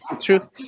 True